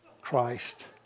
Christ